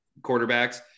quarterbacks